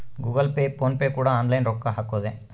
Google Pay PhonePe ಕೂಡ online ರೊಕ್ಕ ಹಕೊದೆ